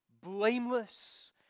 blameless